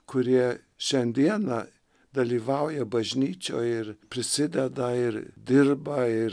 kurie šiandieną dalyvauja bažnyčioj ir prisideda ir dirba ir